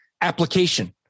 application